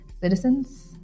citizens